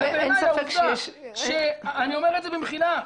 בעיני העובדה ואני אומר את זה במחילה,